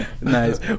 Nice